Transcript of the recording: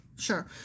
Sure